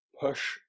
push